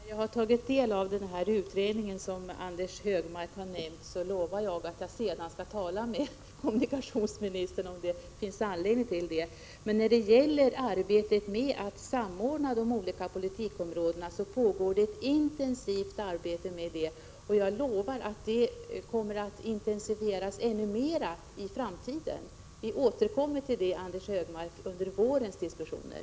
Herr talman! När jag har tagit del av den utredning som Anders Högmark nämnde skall jag tala med kommunikationsministern, om det finns anledning till detta. När det gäller arbetet med att samordna de olika politikområdena kan jag säga att det pågår ett intensivt arbete. Jag lovar att arbetet kommer att intensifieras i framtiden. Vi kan återkomma till detta, Anders Högmark, under vårens diskussioner.